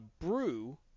Brew